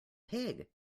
pig